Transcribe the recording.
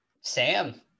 Sam